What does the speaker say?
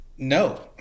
no